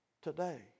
today